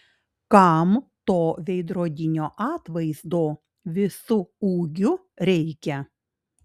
kam to veidrodinio atvaizdo visu ūgiu reikia